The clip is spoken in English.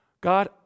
God